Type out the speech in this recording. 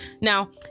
Now